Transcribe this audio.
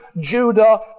Judah